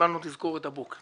קיבלנו תזכורת הבוקר.